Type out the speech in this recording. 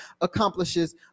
accomplishes